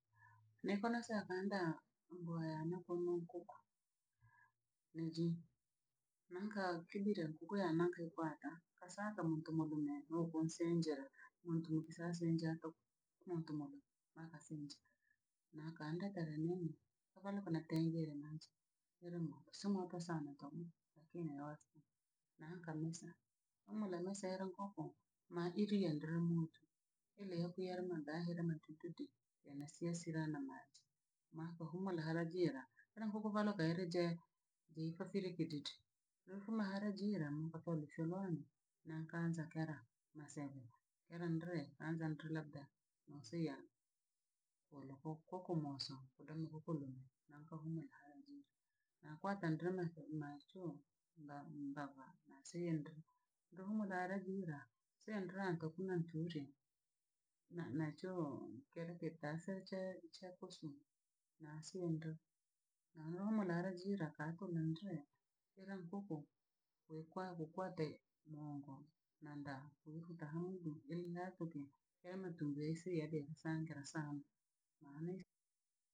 Nekonosa kandaa mboya nakono nkunku neji nanka ekebire okoya nanke nkwata kasaka munto mabonenhe noko nsenjera muntu mubi sansenjato muntu mubhi wa kasinje na kandekire mumo ovaluke natengera nanche eremo simwopo sana toho lakini wa wastani. Na ankamnusa omula na sero ngoko ma iri yendro ng'oto, iri yo kuiermaa nda hela ma tudidi yene siesira na maji. Makohumora hara jera aramu huvevero kero jere. Ji pafire kijiji lo fuma hala jira mmpa pole churwani na nkanzakera masebhu erandre anzantri rabda oseya kolo ko- kokomoswo udani kokoromo nahajiri nakwata ndre mase macho nda mndava naseyendre ndoho murarevida seye ndra akakunywa nturi na- nachoo kereketaseche cha kosumu naseondo na nomurarejira kakomundre era mpunku bhukwa bhukwate nongwa na nda uwihutahangrui geyi naputi hema tubhesyede sangira sana maali.